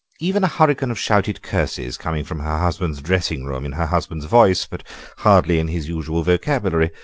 even a hurricane of shouted curses, coming from her husband's dressing-room, in her husband's voice, but hardly in his usual vocabulary,